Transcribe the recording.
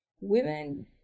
women